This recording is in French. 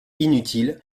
inutile